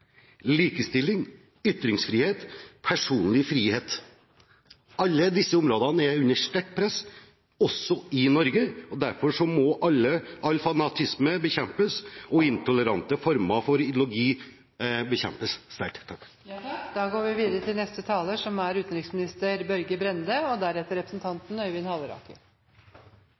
likestilling, ytringsfrihet og personlig frihet. Alle disse områdene er under sterkt press, også i Norge. Derfor må all fanatisme og intolerante former for ideologi bekjempes sterkt. Først vil jeg benytte anledningen til å takke for en veldig god og